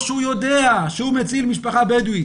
שהוא יודע שהוא מציל משפחה בדואית.